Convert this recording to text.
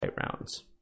rounds